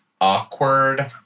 awkward